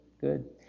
good